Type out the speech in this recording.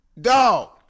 Dog